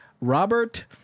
Robert